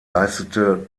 leistete